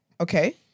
Okay